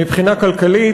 מבחינה כלכלית,